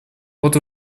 вот